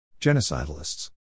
Genocidalists